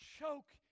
choke